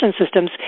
systems